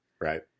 Right